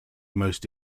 most